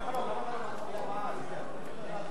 (תיקון,